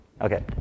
Okay